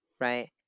right